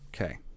okay